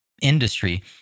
industry